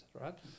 right